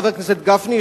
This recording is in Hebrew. חבר הכנסת גפני,